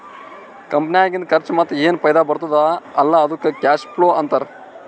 ಕಂಪನಿನಾಗಿಂದ್ ಖರ್ಚಾ ಮತ್ತ ಏನ್ ಫೈದಾ ಬರ್ತುದ್ ಅಲ್ಲಾ ಅದ್ದುಕ್ ಕ್ಯಾಶ್ ಫ್ಲೋ ಅಂತಾರ್